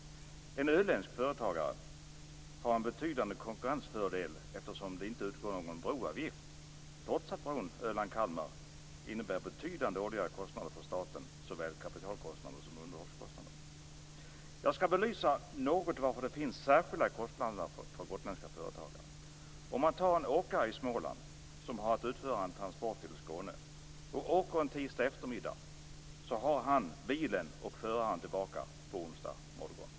En öländsk företagare har en betydande konkurrensfördel, eftersom det inte utgår någon broavgift, trots att bron mellan Öland och Kalmar innebär betydande årliga kostnader för staten, såväl kapitalkostnader som underhållskostnader. Jag skall något belysa varför det finns särskilda kostnader för gotländska företagare. En åkare i Småland som skall utföra en transport till Skåne som påbörjas tisdag eftermiddag har bilen och föraren tillbaka på onsdag morgon.